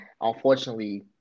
unfortunately